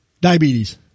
Diabetes